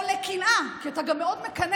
או לקנאה, כי אתה גם מאוד מקנא,